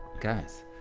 guys